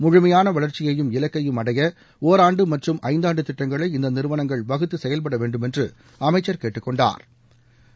முழுமையாள வளர்ச்சியையும் இலக்கையும் அடைய ஒராண்டு மற்றும் ஐந்தாண்டு திட்டங்களை இந்த நிறுவனங்கள் வகுத்து செயல்பட வேண்டுமென்று அமைச்சா் கேட்டுக்கொண்டாா்